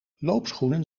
loopschoenen